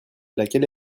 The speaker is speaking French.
laquelle